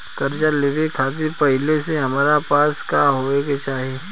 कर्जा लेवे खातिर पहिले से हमरा पास का होए के चाही?